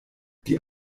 die